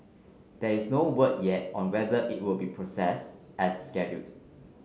there is no word yet on whether it will be proceed as scheduled